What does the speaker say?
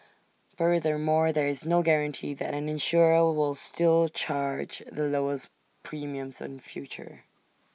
furthermore there is no guarantee that an insurer will still charge the lowest premiums in future